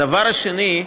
הדבר השני,